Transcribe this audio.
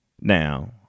Now